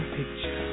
Picture